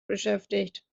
beschäftigt